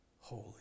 holy